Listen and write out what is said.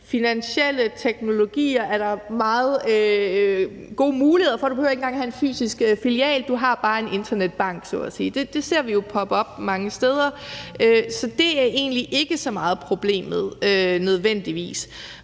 – finansielle teknologier er meget gode muligheder. Du behøver ikke engang at have en fysisk filial. Du har så at sige bare en internetbank. Det ser vi jo poppe op mange steder. Så det er nødvendigvis ikke så meget problemet.